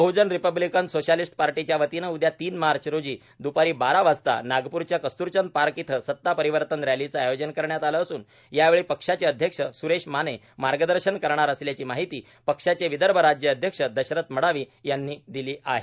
बहजन Republican Socialist पार्टीच्या वतीनं उद्या तीन मार्च रोजी द्पारी बारा वाजता नागप्रच्या कस्त्रचंद पार्क इथं सत्ता परिवर्तन रॅलीचं आयोजन करण्यात आलं असून यावेळी पक्षाचे अध्यक्ष स्रेश माने मार्गदर्शन करणार असल्याची माहिती पक्षाचे विदर्भ राज्य अध्यक्ष दशरथ मडावी यांनी दिली आहे